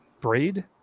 Braid